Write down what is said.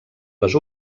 les